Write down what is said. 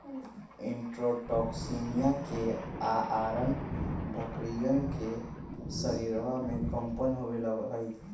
enterotoxaemia के अआरण बकरियन के शरीरवा में कम्पन होवे लगा हई